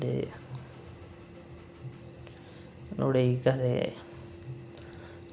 ते नुहाड़े ई केह् आखदे